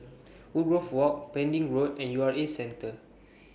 Woodgrove Walk Pending Road and U R A Centre